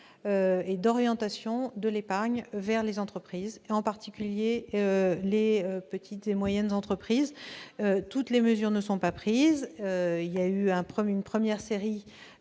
et d'orientation de l'épargne vers les entreprises, en particulier les petites et moyennes entreprises. Toutes les dispositions prévues ne sont pas encore prises. Une première série